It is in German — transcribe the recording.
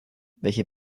welche